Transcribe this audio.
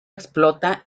explota